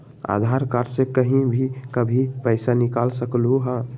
आधार card से कहीं भी कभी पईसा निकाल सकलहु ह?